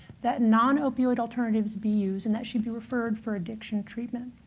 that non-opioid alternatives be used, and that she be referred for addiction treatment.